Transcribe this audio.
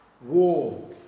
War